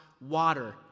water